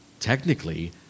Technically